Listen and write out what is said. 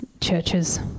churches